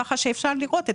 כך שאפשר לראות,